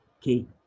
Key